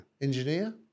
engineer